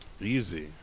Easy